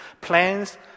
plans